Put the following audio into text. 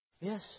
Yes